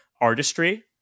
artistry